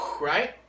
right